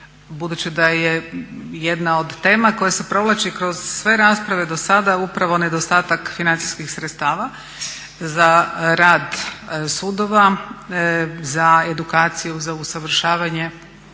budući da je jedna od tema koja se provlači kroz sve rasprave do sada upravo nedostatak financijskih sredstava za rad sudova, za edukaciju, za usavršavanje